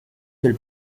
del